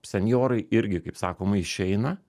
senjorai irgi kaip sakoma išeina